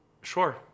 sure